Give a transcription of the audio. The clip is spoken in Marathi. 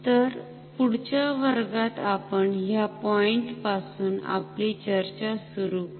तर पुढच्या वर्गात आपण ह्या पॉईंट पासून आपली चर्चा सुरु करू